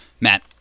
Matt